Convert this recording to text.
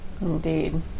Indeed